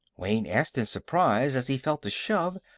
wayne asked in surprise as he felt the shove.